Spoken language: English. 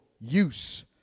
use